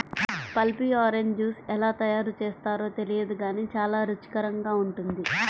pulpy orange juice ఎలా తయారు చేస్తారో తెలియదు గానీ చాలా రుచికరంగా ఉంటుంది